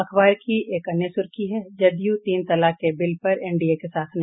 अखबार की एक अन्य सुर्खी है जदयू तीन तलाक बिल पर एनडीए के साथ नहीं